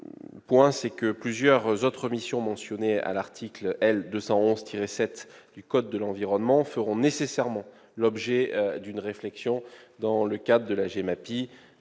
En outre, plusieurs autres missions mentionnées à l'article L. 211-7 du code de l'environnement feront nécessairement l'objet d'une réflexion dans le cadre de la GEMAPI